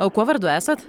o kuo vardu esat